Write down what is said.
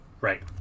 Right